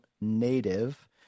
native